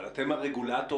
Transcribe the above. אבל אתם הרגולטור.